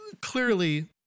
Clearly